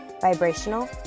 vibrational